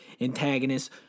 antagonist